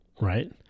right